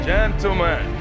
Gentlemen